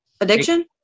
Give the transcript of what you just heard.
addiction